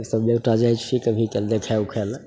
जइसे बिहुटा जाइ छी कभी कभी देखै उखैले